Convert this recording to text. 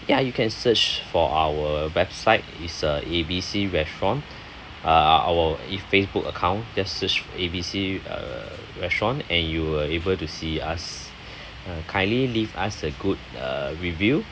ya you can search for our website is uh A B C restaurant uh our if facebook account just search A B C uh restaurant and you were able to see us uh kindly leave us a good uh review